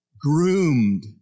groomed